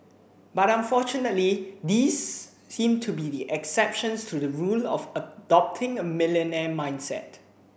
but unfortunately these seem to be the exceptions to the rule of adopting a millionaire mindset